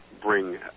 bring